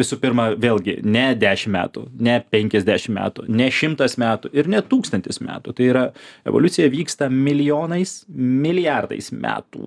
visų pirma vėlgi ne dešimt metų ne penkiasdešimt metų nei šimtas metų ir ne tūkstantis metų tai yra evoliucija vyksta milijonais milijardais metų